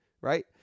right